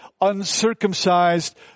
uncircumcised